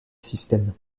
systèmes